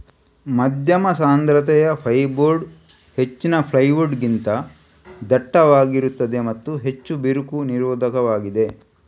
ಮಧ್ಯಮ ಸಾಂದ್ರತೆಯ ಫೈರ್ಬೋರ್ಡ್ ಹೆಚ್ಚಿನ ಪ್ಲೈವುಡ್ ಗಿಂತ ದಟ್ಟವಾಗಿರುತ್ತದೆ ಮತ್ತು ಹೆಚ್ಚು ಬಿರುಕು ನಿರೋಧಕವಾಗಿದೆ